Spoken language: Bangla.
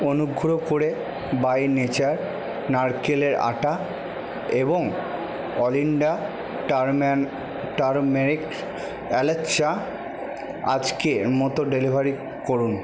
অনুগ্রহ করে বাই নেচার নারকেলের আটা এবং অলিন্ডা টার্মেন টারমেরিক এলাচ চা আজকের মতো ডেলিভারি করুন